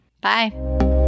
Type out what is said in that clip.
Bye